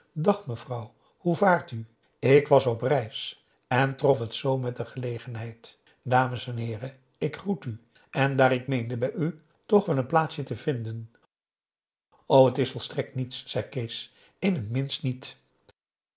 dag mevrouw hoe vaart u ik was op reis en trof het zoo met de gelegenheid dames en heeren ik groet u en daar ik meende bij u toch wel een plaatsje te vinden o het is volstrekt niets zei kees in het minst niet